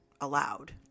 allowed